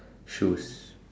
shoes